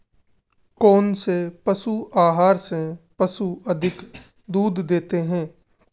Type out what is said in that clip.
कौनसे पशु आहार से पशु अधिक दूध देते हैं?